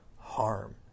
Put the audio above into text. harm